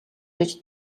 гэж